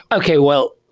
okay, well,